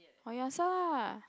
or you answer ah